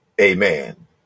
Amen